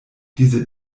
diese